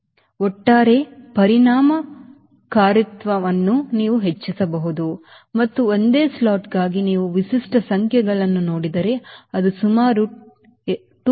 ಆದ್ದರಿಂದ ಒಟ್ಟಾರೆ ಪರಿಣಾಮಕಾರಿತ್ವವನ್ನು ನೀವು ಹೆಚ್ಚಿಸಬಹುದು ಮತ್ತು ಒಂದೇ ಸ್ಲಾಟ್ಗಾಗಿ ನೀವು ವಿಶಿಷ್ಟ ಸಂಖ್ಯೆಗಳನ್ನು ನೋಡಿದರೆ ಅದು ಸುಮಾರು 2